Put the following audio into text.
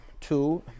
two